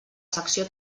secció